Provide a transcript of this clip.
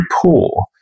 poor